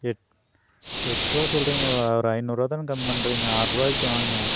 எட் எட்டுருவா சொல்கிறீங்க ஒரு ஐநூறுபா தானே கம்மி பண்ணுறீங்க ஆறுரூபாய்க்கு வாங்க